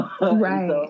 Right